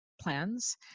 plans